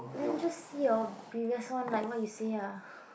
then just see your previous one like what you say lah